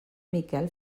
miquel